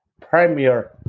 premier